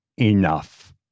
enough